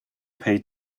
pay